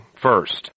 first